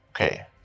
Okay